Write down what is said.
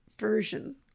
version